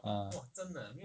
ah